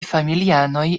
familianoj